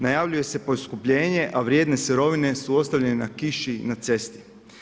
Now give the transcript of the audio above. Najavljuje se poskupljenje, a vrijedne sirovine su ostavljene na kiši, na cesti.